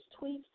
tweets